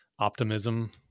optimism